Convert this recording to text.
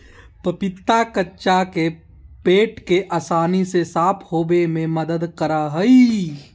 पपीता कच्चा पेट के आसानी से साफ होबे में मदद करा हइ